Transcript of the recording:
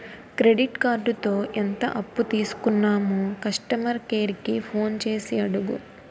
credit కార్డుతో ఎంత అప్పు తీసుకున్నామో కస్టమర్ కేర్ కి ఫోన్ చేసి అడుగు